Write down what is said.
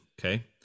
okay